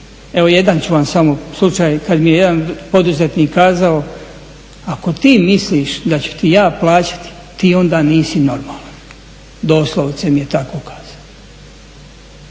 evo jedan ću vam samo slučaj, kad mi je jedan poduzetnik kazao, ako ti misliš da ću ti ja plaćati, ti onda nisi normalan. Doslovce mi je tako kazao.